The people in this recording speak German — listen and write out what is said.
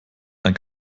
ein